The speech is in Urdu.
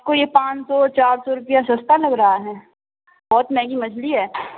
آپ کو یہ پانچ سو چار سو روپیہ سستا لگ رہا ہے بہت مہنگی مچھلی ہے